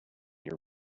your